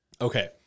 Okay